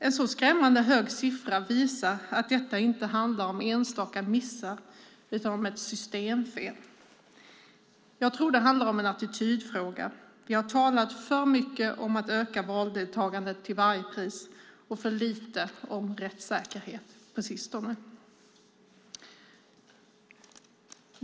En så skrämmande hög siffra visar att detta inte handlar om enstaka missar utan om ett systemfel. Jag tror att det är en attitydfråga. Vi har talat alltför mycket om att till varje pris öka valdeltagandet, och talat för lite om rättssäkerhet på sistone.